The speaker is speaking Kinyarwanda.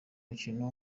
mukino